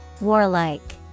Warlike